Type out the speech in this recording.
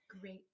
Great